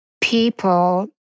people